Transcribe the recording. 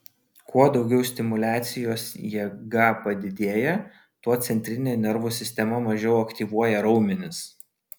kuo daugiau stimuliacijos jėga padidėja tuo centrinė nervų sistema mažiau aktyvuoja raumenis